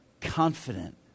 Confident